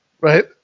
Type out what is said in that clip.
Right